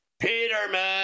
Peterman